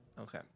Okay